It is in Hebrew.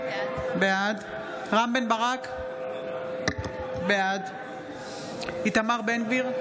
בעד רם בן ברק, בעד איתמר בן גביר,